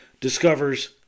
discovers